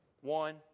One